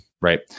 Right